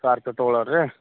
Scorpio ತಗೋಳರು ರೀ